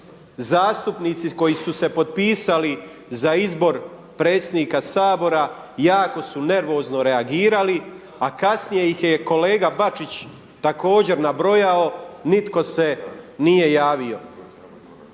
Zastupnici koji su se potpisali za izbor predsjednika Sabora jako su nervozno reagirali, a kasnije ih je kolega Bačić također nabrojao. Nitko se nije javio.